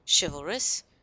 chivalrous